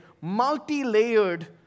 multi-layered